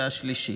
זה השלישי.